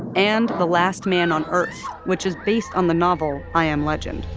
and the last man on earth, which is based on the novel i am legend.